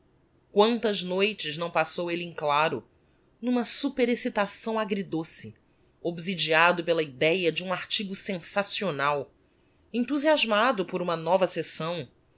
quantas noites não passou elle em claro n'uma superexcitação agridoce obsidiado pela idéa d'um artigo sensacional enthusiasmado por uma nova secção